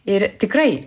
ir tikrai